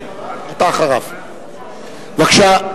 בבקשה.